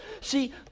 See